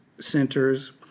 centers